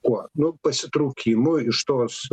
kuo nu pasitraukimui iš tos